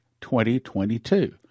2022